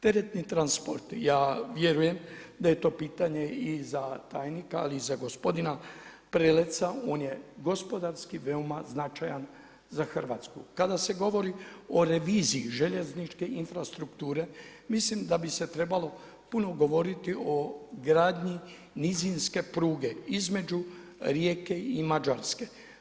Teretni transport ja vjeruje, da je to pitanje i za tajnika ali i za gospodina Preleca, on je gospodarski veoma značajan za Hrvatsku. kada se govori o reviziji željezničke infrastrukture, mislim da bi se trebalo puno govoriti o gradnji nizinske pruge između Rijeke i Mađarske.